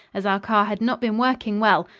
as our car had not been working well,